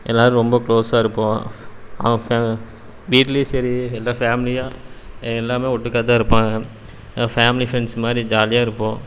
எல்லோரும் ரொம்ப க்ளோஸாக இருப்போம் அவன் வீட்டுலையும் சரி எல்லாம் ஃபேமிலியாக எல்லாமே ஒட்டுக்காதான் இருப்பாங்க ஃபேமிலி ஃப்ரெண்ட்ஸ் மாதிரி ஜாலியாக இருப்போம்